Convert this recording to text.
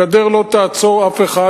הגדר לא תעצור אף אחד,